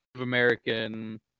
American